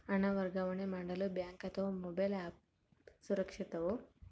ಹಣ ವರ್ಗಾವಣೆ ಮಾಡಲು ಬ್ಯಾಂಕ್ ಅಥವಾ ಮೋಬೈಲ್ ಆ್ಯಪ್ ಸುರಕ್ಷಿತವೋ?